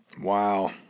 Wow